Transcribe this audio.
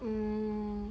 mm